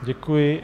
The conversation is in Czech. Děkuji.